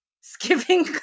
skipping